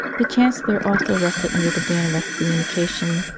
the chancellor also rested under the ban of excommunication.